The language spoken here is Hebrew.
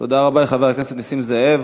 תודה רבה לחבר הכנסת נסים זאב.